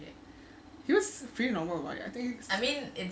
he was pretty normal about it I think